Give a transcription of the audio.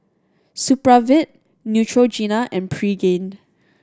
Supravit Neutrogena and Pregain